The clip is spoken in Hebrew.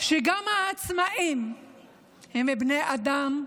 שגם העצמאים הם בני אדם,